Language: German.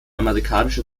amerikanische